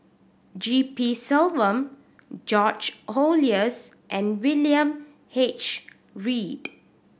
G P Selvam George Oehlers and William H Read